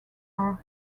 are